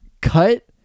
cut